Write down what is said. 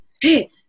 hey